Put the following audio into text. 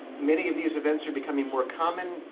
many of these events are becoming more common.